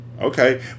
Okay